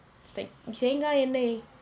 it's like தேங்காய் எண்ணெய்:thengai ennei